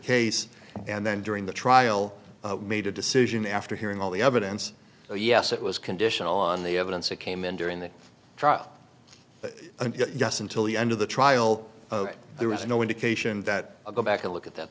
case and then during the trial made a decision after hearing all the evidence yes it was conditional on the evidence that came in during the trial and yes until the end of the trial there was no indication that go back and look at that